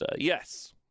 Yes